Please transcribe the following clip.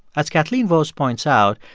as kathleen vohs points out,